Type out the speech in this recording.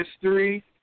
history